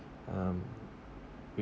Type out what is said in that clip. um whi~